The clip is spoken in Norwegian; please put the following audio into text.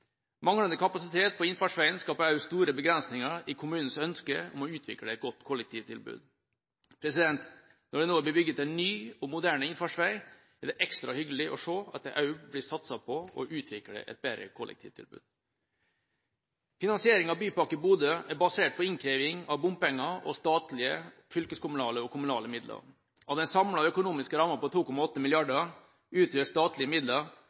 Manglende kapasitet på innfartsveien skaper også store begrensninger i kommunens ønske om å utvikle et godt kollektivtilbud. Når det nå blir bygd en ny og moderne innfartsvei, er det ekstra hyggelig å se at det også blir satset på å utvikle et bedre kollektivtilbud. Finansiering av Bypakke Bodø er basert på innkreving av bompenger og statlige, fylkeskommunale og kommunale midler. Av den samlede økonomiske rammen på 2,8 mrd. kr utgjør statlige midler